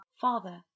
Father